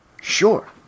Sure